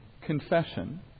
confession